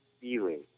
feeling